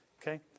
Okay